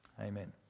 Amen